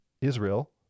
Israel